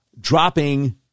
dropping